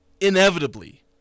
inevitably